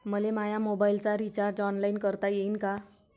मले माया मोबाईलचा रिचार्ज ऑनलाईन करता येईन का?